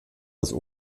das